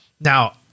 now